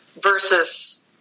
versus